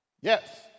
Yes